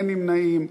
אין נמנעים.